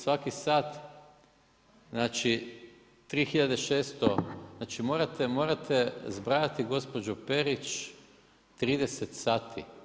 Svaki sat znači, 3 600, znači morate zbrajati gospođo Perić, 30 sati.